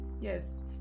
yes